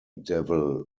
devil